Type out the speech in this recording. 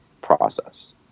process